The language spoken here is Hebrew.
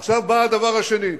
עכשיו בא הדבר השני,